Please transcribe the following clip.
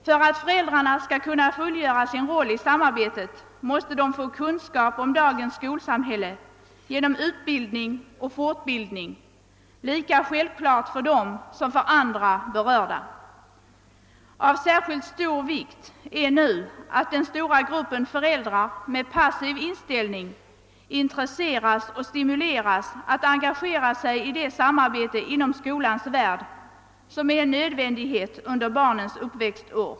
För att föräldrarna skall kunna fullgöra sin roll i samarbetet måste de få kunskap om dagens skolsamhälle genom utbildning och fortbildning — det är lika självklart för dem som för andra berörda. Av särskilt stor vikt är att den stora gruppen föräldrar med passiv inställning intresseras och stimuleras att engagera sig i det samarbete inom skolans värld som är en nödvändighet under barnens uppväxtår.